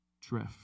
drift